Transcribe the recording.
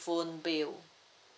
phone bill